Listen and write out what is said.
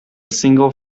single